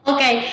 Okay